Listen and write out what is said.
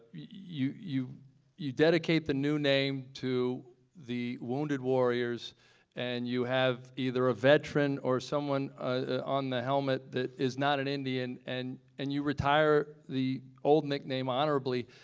you you you dedicate the new name to the wounded warriors and you have either a veteran or somebody ah on the helmet that is not an indian and and you retire the old nickname honorably.